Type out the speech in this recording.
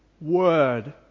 word